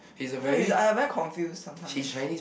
no is I very confused sometimes